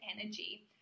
energy